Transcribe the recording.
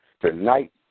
Tonight